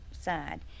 side